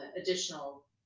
additional